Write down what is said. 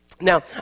Now